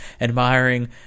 admiring